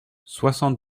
soixante